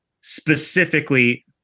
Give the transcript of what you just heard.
specifically